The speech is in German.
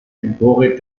empore